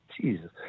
Jesus